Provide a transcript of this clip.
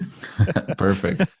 perfect